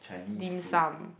dim sum